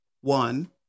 one